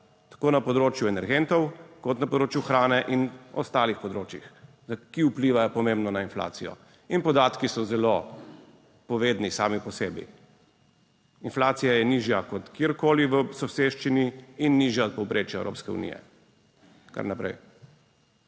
tako na področju energentov kot na področju hrane in ostalih področjih, ki vplivajo pomembno na inflacijo. In podatki so zelo povedni sami po sebi. Inflacija je nižja kot kjerkoli. V soseščini in nižja od povprečja Evropske unije in nič